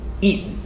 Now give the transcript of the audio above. eat